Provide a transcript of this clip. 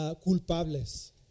culpables